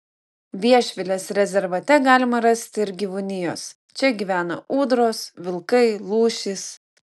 viešvilės rezervate galima rasti ir gyvūnijos čia gyvena ūdros vilkai lūšys